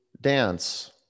dance